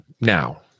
now